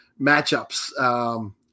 matchups